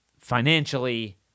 financially